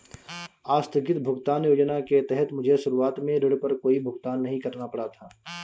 आस्थगित भुगतान योजना के तहत मुझे शुरुआत में ऋण पर कोई भुगतान नहीं करना पड़ा था